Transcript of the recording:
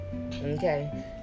okay